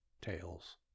tails